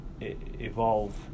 evolve